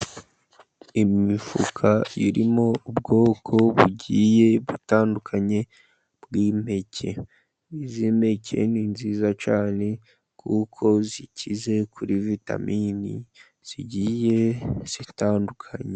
Imifuka irimo ubwoko bugiye butandukanye bw'impeke. Izi mpeke ni nziza cyane kuko zikize kuri vitamini zigiye zitandukanye.